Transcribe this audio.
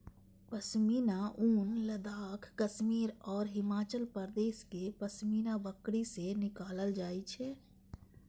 पश्मीना ऊन लद्दाख, कश्मीर आ हिमाचल प्रदेशक पश्मीना बकरी सं निकालल जाइ छै